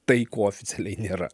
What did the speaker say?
tai ko oficialiai nėra